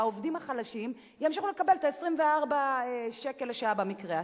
העובדים החלשים ימשיכו לקבל את 24 השקלים לשעה במקרה הטוב.